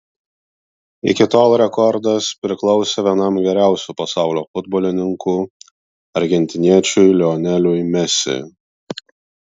iki tol rekordas priklausė vienam geriausių pasaulio futbolininkų argentiniečiui lioneliui mesi